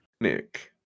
Nick